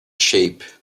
shape